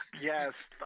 Yes